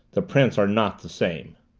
the prints are not the same.